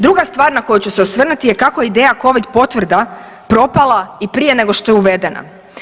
Druga stvar na koju ću se osvrnuti je kako ideja Covid potvrda propala i prije nego što je uvedena.